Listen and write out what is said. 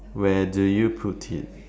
where do you put it